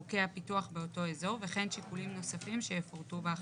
צרכי הפיתוח באותו אזור וכן שיקולים נוספים שיפורטו בהחלטה.